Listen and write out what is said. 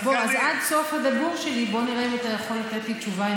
אז עד סוף הדיבור שלי בוא נראה אם אתה יכול לתת לי תשובה,